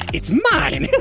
it's mine!